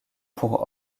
pour